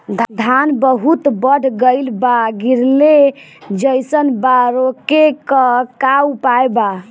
धान बहुत बढ़ गईल बा गिरले जईसन बा रोके क का उपाय बा?